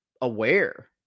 aware